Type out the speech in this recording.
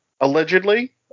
allegedly